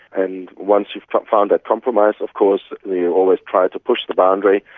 and once you've found that compromise of course you always try to push the boundary.